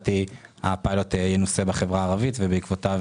הפיילוט ינוסה בחברה הערבית ובעקבותיו,